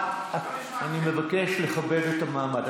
אני מבקש לכבד את המעמד.